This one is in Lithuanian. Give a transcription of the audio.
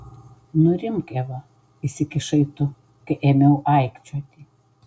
nurimk eva įsikišai tu kai ėmiau aikčioti